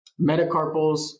metacarpals